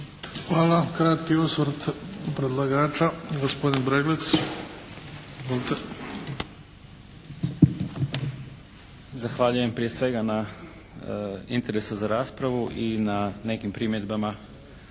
Hvala. Kratki osvrt predlagača, gospodin Breglec. Izvolite. **Breglec, Dražen** Zahvaljujem prije svega na interesu za raspravu i na nekim primjedbama,